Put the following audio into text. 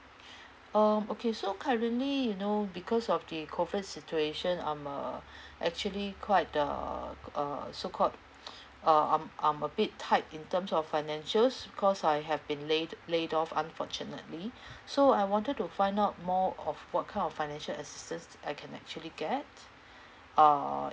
um okay so currently you know because of the COVID situation I'm uh actually quite the err so called uh I'm I'm a bit tight in terms of financials because I have been laid laid off unfortunately so I wanted to find out more of what kind of financial assistance I can actually get uh